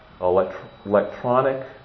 electronic